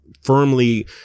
firmly